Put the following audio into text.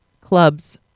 clubs